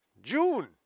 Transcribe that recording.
june